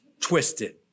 twisted